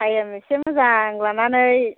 time एसे मोजां लानानै